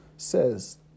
says